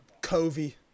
Covey